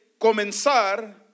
comenzar